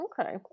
okay